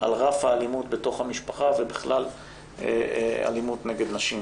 על רף האלימות בתוך המשפחה ובכלל אלימות נגד נשים.